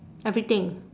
everything